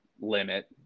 limit